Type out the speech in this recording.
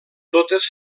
totes